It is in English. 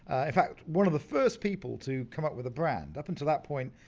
in fact, one of the first people to come up with a brand, up until that point,